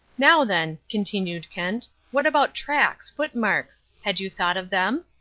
now, then, continued kent, what about tracks, footmarks? had you thought of them?